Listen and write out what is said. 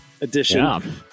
edition